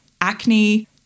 acne